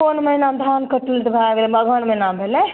कोन महिना धानके टुटि भए गेलै अगहन महिना भेलै